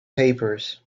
papers